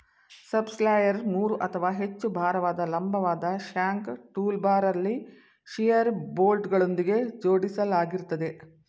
subsoiler ಮೂರು ಅಥವಾ ಹೆಚ್ಚು ಭಾರವಾದ ಲಂಬವಾದ ಶ್ಯಾಂಕ್ ಟೂಲ್ಬಾರಲ್ಲಿ ಶಿಯರ್ ಬೋಲ್ಟ್ಗಳೊಂದಿಗೆ ಜೋಡಿಸಲಾಗಿರ್ತದೆ